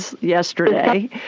yesterday